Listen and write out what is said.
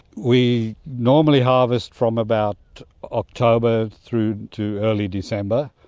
we normally harvest from about october through to early december.